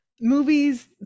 movies